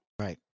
Right